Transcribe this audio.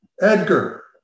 Edgar